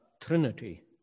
trinity